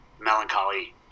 Melancholy